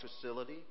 facility